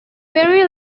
ferry